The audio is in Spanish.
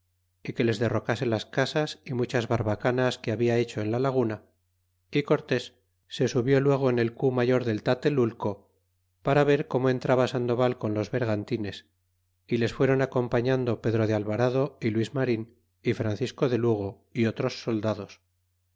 y que les derrocase las casas y muchas barbacanas que habla hecho en la laguna y cortés se subió luego en el mayor del tateltilco para ver como entraba sandoval con los bergantines y les fuéron acompañando pedro de alvarado y luis marin y francisco de lugo y otros soldados